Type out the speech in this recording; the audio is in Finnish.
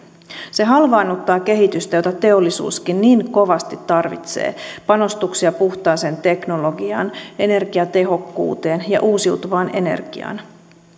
se halvaannuttaa kehitystä jota teollisuuskin niin kovasti tarvitsee panostuksia puhtaaseen teknologiaan energiatehokkuuteen ja uusiutuvaan energiaan